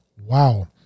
wow